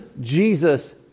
jesus